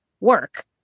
work